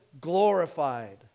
glorified